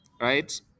right